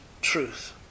truth